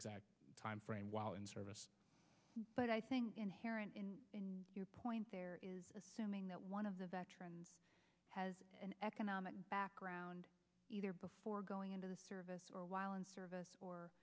exact timeframe while in service but i think inherent in your point there is assuming that one of the veterans has an economic background either before going into the service or while in service or